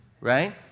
right